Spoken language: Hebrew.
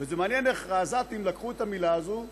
מעניין איך העזתים לקחו את המילה הזאת.